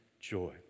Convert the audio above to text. joy